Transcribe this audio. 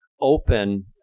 open